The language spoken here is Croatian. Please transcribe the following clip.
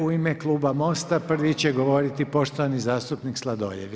U ime kluba MOST-a prvi će govoriti poštovani zastupnik Sladoljev.